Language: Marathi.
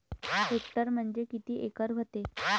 हेक्टर म्हणजे किती एकर व्हते?